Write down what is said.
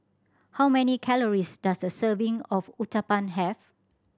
how many calories does a serving of Uthapam have